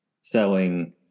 selling